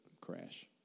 crash